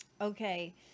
Okay